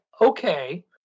okay